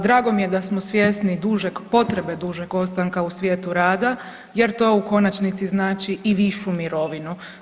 Drago mi je da smo svjesni dužeg, potrebe dužeg ostanka u svijetu rada jer to u konačnici znači i višu mirovinu.